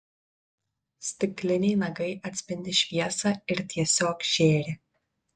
stikliniai nagai atspindi šviesą ir tiesiog žėri